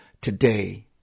today